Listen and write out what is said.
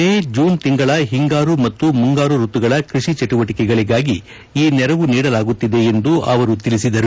May June ತಿಂಗಳ ಹಿಂಗಾರು ಮತ್ತು ಮುಂಗಾರು ಋತುಗಳ ಕೃಷಿ ಚಟುವಟಿಕೆಗಳಿಗಾಗಿ ಈ ನೆರವು ನೀಡಲಾಗುತ್ತಿದೆ ಎಂದು ಅವರು ತಿಳಿಸಿದರು